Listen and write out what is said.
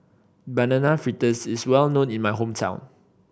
Banana Fritters is well known in my hometown